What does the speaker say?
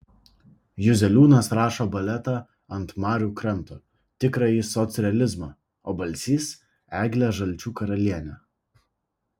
juzeliūnas rašo baletą ant marių kranto tikrąjį socrealizmą o balsys eglę žalčių karalienę